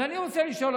אבל אני רוצה לשאול,